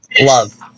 love